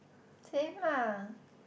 same lah